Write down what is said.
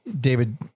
david